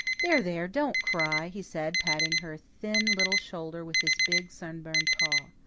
there, there, don't cry, he said, patting her thin little shoulder with his big, sunburned paw.